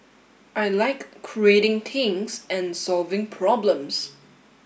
I like creating things and solving problems